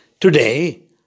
Today